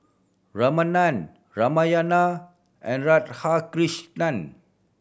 Ramanand Narayana and Radhakrishnan